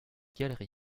galerie